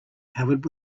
covered